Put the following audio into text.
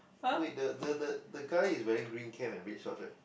wait the the the the guy is wearing green cap and red shorts right